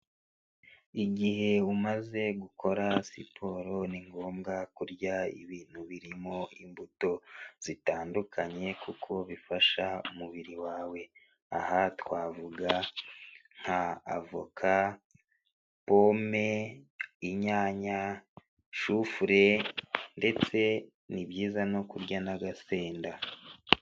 Igihe umaze gukora siporo ni ngombwa kurya ibintu birimo imbuto zitandukanye kuko bifasha umubiri wawe aha twavuga nka avoka pome inyanya cshufure ndetse nib no kurya n'agasenda.